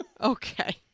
okay